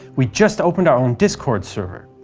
we just opened our own discord server.